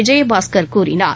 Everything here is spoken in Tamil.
விஜயபாஸ்கர் கூறினார்